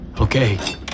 Okay